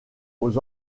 aux